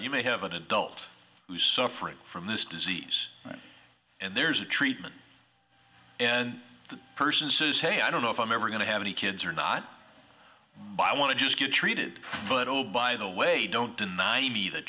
you may have an adult who's suffering from this disease and there's a treatment and the person says hey i don't know if i'm ever going to have any kids or not i want to just get treated but oh by the way don't deny me the